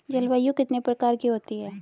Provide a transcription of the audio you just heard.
जलवायु कितने प्रकार की होती हैं?